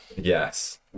Yes